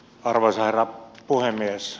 arvoisa herra puhemies